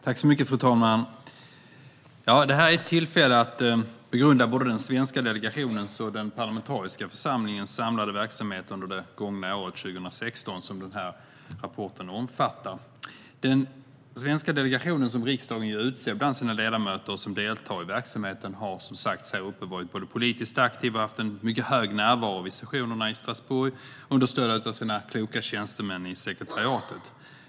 Fru talman! Det här är ett tillfälle att begrunda både den svenska delegationens och den parlamentariska församlingens verksamhet under det gångna året 2016, som denna rapport omfattar. Som tidigare sagts har den svenska delegationen, som riksdagen utser bland sina ledamöter och som deltar i verksamheten, både varit politiskt aktiv och haft en mycket hög närvaro vid sessionerna i Strasbourg, understödda av sina kloka tjänstemän i sekretariatet.